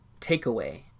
takeaway